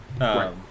right